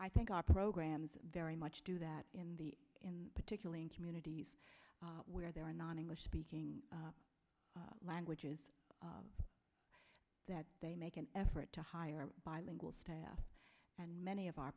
i think our programs very much do that in the in particularly in communities where there are non english speaking languages that they make an effort to hire bilingual staff and many of our